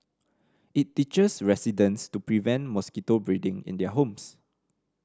it teaches residents to prevent mosquito breeding in their homes